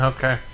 Okay